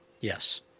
Yes